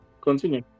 continue